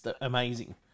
amazing